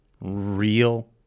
Real